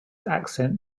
accent